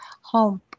home